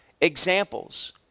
examples